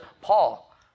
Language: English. Paul